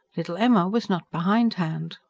little emma was not behindhand.